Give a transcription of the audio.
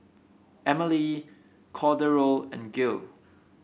Emelie Cordero and Gael